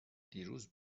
دیروز